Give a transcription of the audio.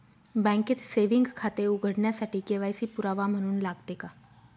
बँकेत सेविंग खाते उघडण्यासाठी के.वाय.सी पुरावा म्हणून लागते का?